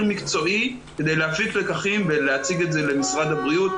מקצועי כדי להפיק לקחים ולהציג את זה למשרד הבריאות,